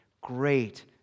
great